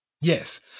Yes